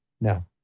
No